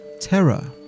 terror